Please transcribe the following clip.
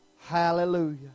Hallelujah